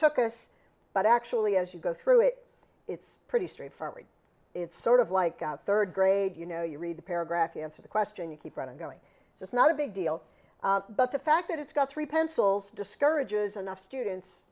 took us but actually as you go through it it's pretty straightforward it's sort of like third grade you know you read the paragraph you answer the question you keep going so it's not a big deal but the fact that it's got three pencils discourages enough students